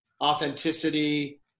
authenticity